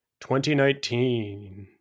2019